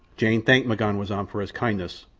jane thanked m'ganwazam for his kindness,